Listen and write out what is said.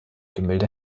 gemälde